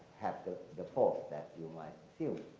have the the force that you might assume,